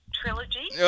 trilogy